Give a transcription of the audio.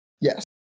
Yes